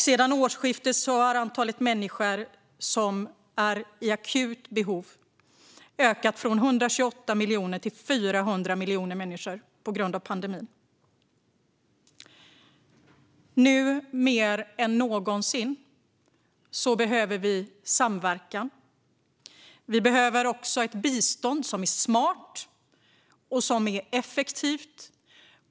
Sedan årsskiftet har antalet människor som är i akut behov ökat från 128 miljoner till 400 miljoner på grund av pandemin. Nu mer än någonsin behöver vi samverka. Vi behöver också ha ett bistånd som är smart och effektivt.